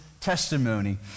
testimony